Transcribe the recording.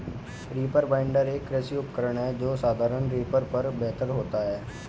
reaper binder, एक कृषि उपकरण है जो साधारण रीपर पर बेहतर होता है